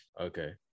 Okay